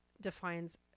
defines